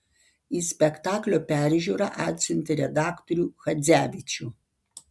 į spektaklio peržiūrą atsiuntė redaktorių chadzevičių